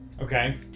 Okay